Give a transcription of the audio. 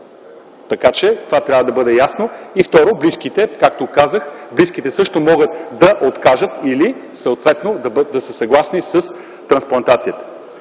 заяви. Това трябва да бъде ясно. Второ, както казах, близките също могат да откажат или съответно да са съгласни с трансплантацията.